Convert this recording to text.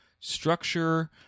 structure